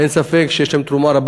אין ספק שיש להן תרומה רבה,